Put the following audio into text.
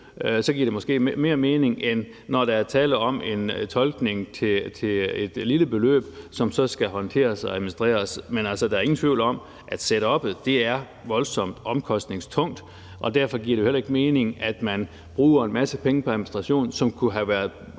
giver det måske mere mening, end når der er tale om en tolkning til et lille beløb, som så skal håndteres og administreres. Men der er ingen tvivl om, at setuppet er voldsomt omkostningstungt, og derfor giver det jo heller ikke mening, at man bruger en masse penge på administration, som kunne have været